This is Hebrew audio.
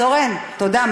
אז אורן, תודה.